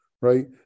Right